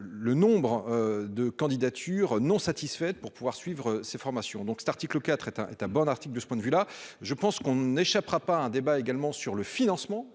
Le nombre de candidatures non satisfaite pour pouvoir suivre ces formations donc cet article 4 est un est un bon article, de ce point de vue là je pense qu'on n'échappera pas un débat également sur le financement,